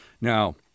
Now